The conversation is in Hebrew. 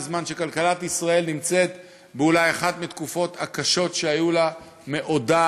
בזמן שכלכלת ישראל נמצאת אולי באחת מהתקופות הקשות שהיו לה מעודה,